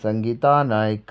Sangeeta Naik